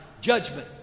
Judgment